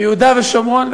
ביהודה ושומרון,